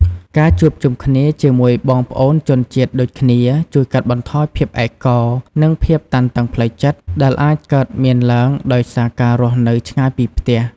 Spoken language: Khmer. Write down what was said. ការជួបជុំគ្នាជាមួយបងប្អូនជនជាតិដូចគ្នា ជួយកាត់បន្ថយភាពឯកោ និងភាពតានតឹងផ្លូវចិត្ត ដែលអាចកើតមានឡើងដោយសារការរស់នៅឆ្ងាយពីផ្ទះ ។